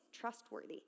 trustworthy